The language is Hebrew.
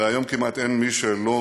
הרי היום כמעט אין מי שלא